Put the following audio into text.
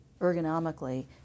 ergonomically